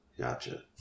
Gotcha